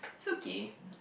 okay